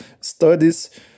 Studies